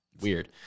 Weird